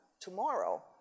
Tomorrow